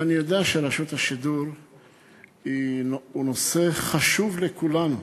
ואני יודע שרשות השידור היא נושא חשוב לכולנו.